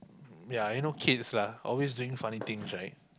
yea you know kids lah always doing funny things right